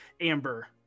amber